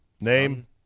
Name